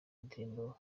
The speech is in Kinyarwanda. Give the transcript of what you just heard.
ndirimbo